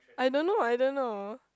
I don't know I don't know